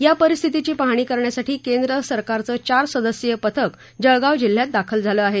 या परिस्थितीची पाहणी करण्यासाठी केंद्र सरकारचे चार सदस्यीय पथक जळगाव जिल्ह्यात दाखल झाले आहे